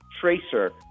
tracer